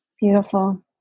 Beautiful